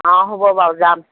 অঁ হ'ব বাৰু যাম